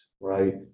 right